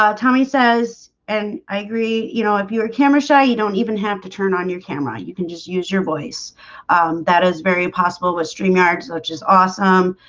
um tommy says and i agree, you know if you're camera shy you don't even have to turn on your camera. you can just use your voice that is very possible with stream yards, which is awesome